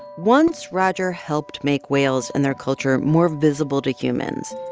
once roger helped make whales and their culture more visible to humans,